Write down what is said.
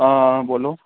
आं बोल्लो